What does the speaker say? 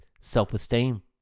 self-esteem